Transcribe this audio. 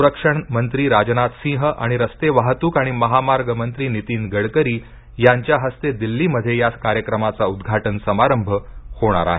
संरक्षण मंत्री राजनाथ सिंह आणि रस्ते वाहतूक आणि महामार्ग मंत्री नितीन गडकरी यांच्या हस्ते दिल्लीमध्ये या कार्यक्रमाचा उद्घाटन समारंभ होणार आहे